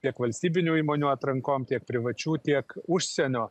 tiek valstybinių įmonių atrankom tiek privačių tiek užsienio